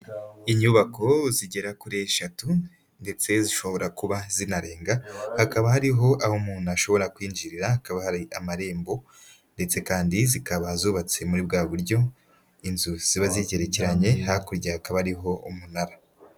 Inyubako zigera kuri eshatu ndetse zishobora kuba zinarenga, hakaba hariho aho umuntu ashobora kwinjirira, hakaba hari amarembo ndetse kandi zikaba zubatse muri bwa buryo inzu ziba zigerekeranye, hakurya ha akaba hariho umunara.